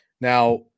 Now